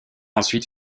ensuite